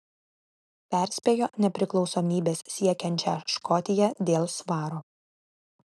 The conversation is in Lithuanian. perspėjo nepriklausomybės siekiančią škotiją dėl svaro